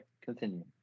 Continue